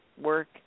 work